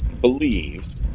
believes